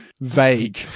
Vague